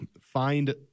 find